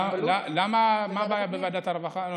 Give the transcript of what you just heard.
מה הבעיה בוועדת הרווחה?